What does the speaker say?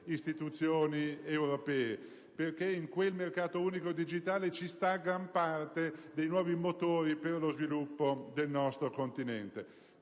istituzioni europee, perché in quel mercato unico digitale ci sta gran parte dei nuovi motori per lo sviluppo del nostro continente.